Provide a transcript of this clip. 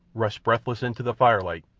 rushed breathless into the firelight,